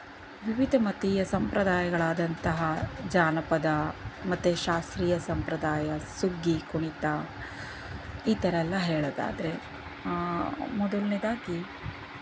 ವಿವಿಧ ಮತೀಯ ಸಂಪ್ರದಾಯಗಳಾದಂತಹ ಜಾನಪದ ಮತ್ತೆ ಶಾಸ್ತ್ರೀಯ ಸಂಪ್ರದಾಯ ಸುಗ್ಗಿ ಕುಣಿತ ಈ ಥರ ಎಲ್ಲ ಹೇಳೋದಾದ್ರೆ ಮೊದಲ್ನೇದಾಗಿ